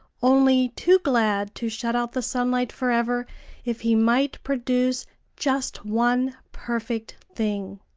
only too glad to shut out the sunlight forever if he might produce just one perfect thing.